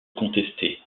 contesté